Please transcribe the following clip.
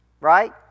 Right